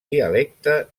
dialecte